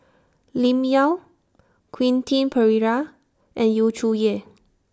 Lim Yau Quentin Pereira and Yu Zhuye